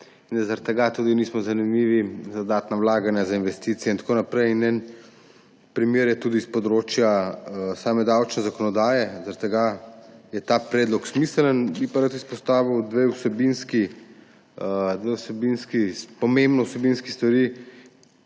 in zaradi tega tudi nismo zanimivi za dodatna vlaganja za investicije in tako naprej. En primer je tudi s področja same davčne zakonodaje, zaradi tega je ta predlog smiseln. Bi pa rad izpostavil dve pomembni vsebinski stvari,